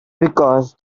because